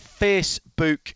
Facebook